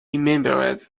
remembered